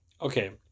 okay